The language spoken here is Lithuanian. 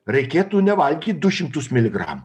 reikėtų nevalgyt du šimtus miligramų